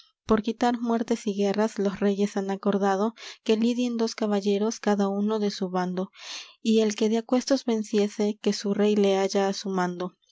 por quitar muertes y guerras los reyes han acordado que lidien dos caballeros cada uno de su bando y el que de aquestos venciese que su rey la haya á su mando